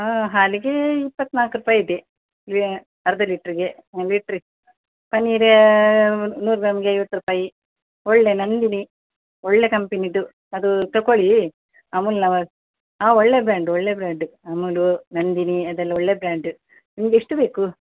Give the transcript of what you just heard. ಹಾಂ ಹಾಲಿಗೇ ಇಪ್ಪತ್ನಾಲ್ಕು ರುಪಾಯಿ ಇದೆ ಲಿಯಾ ಅರ್ಧ ಲೀಟ್ರಿಗೆ ಹಾಂ ಲೀಟ್ರಿಗೆ ಪನ್ನೀರ್ ನೂರು ಗ್ರಾಮ್ಗೆ ಐವತ್ತು ರುಪಾಯಿ ಒಳ್ಳೆ ನಂದಿನಿ ಒಳ್ಳೇ ಕಂಪೆನಿದು ಅದು ತಗೋಳೀ ಅಮೂಲ್ನವರ ಹಾಂ ಒಳ್ಳೆ ಬ್ರಾಂಡ್ ಒಳ್ಳೆ ಬ್ರಾಂಡ್ ಅಮೂಲು ನಂದಿನಿ ಅದೆಲ್ಲ ಒಳ್ಳೆ ಬ್ರಾಂಡ್ ನಿಮ್ಗೆ ಎಷ್ಟು ಬೇಕು